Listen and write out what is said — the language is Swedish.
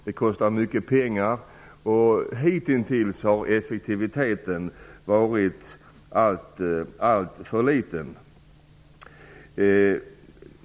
Det kostar mycket pengar, och hittintills har effektiviteten varit alltför liten.